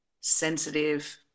sensitive